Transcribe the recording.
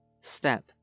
step